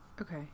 Okay